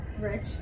Rich